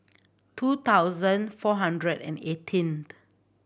two thousand four hundred and eighteenth